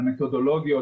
על מתודולוגיות,